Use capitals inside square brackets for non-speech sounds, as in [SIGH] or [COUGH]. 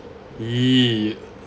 [BREATH] !eeyer!